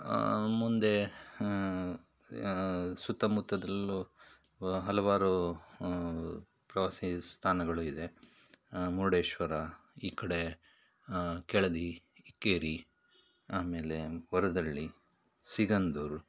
ಮುಂದೆ ಸುತ್ತಮುತ್ತದಲ್ಲೂ ಹಲವಾರು ಪ್ರವಾಸಿ ಸ್ಥಾನಗಳು ಇದೆ ಮುರ್ಡೇಶ್ವರ ಈ ಕಡೆ ಕೆಳದಿ ಇಕ್ಕೇರಿ ಆಮೇಲೆ ವರದಳ್ಳಿ ಸಿಗಂದೂರು